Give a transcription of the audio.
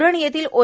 उरण येथील ओ